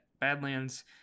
badlands